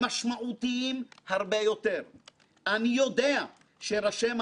רוצים ומסוגלים להכיל שינויים ולשתף פעולה